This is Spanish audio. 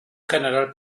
general